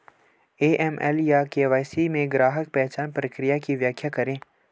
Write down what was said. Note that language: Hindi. ए.एम.एल या के.वाई.सी में ग्राहक पहचान प्रक्रिया की व्याख्या करें?